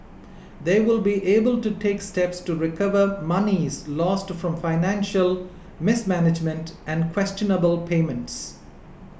they will be able to take steps to recover monies lost from financial mismanagement and questionable payments